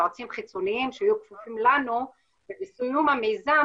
יועצים חיצוניים שיהיו כפופים לנו ובסיום המיזם